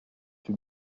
fut